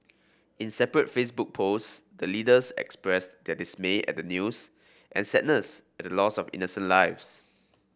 in separate Facebook posts the leaders expressed their dismay at the news and sadness at the loss of innocent lives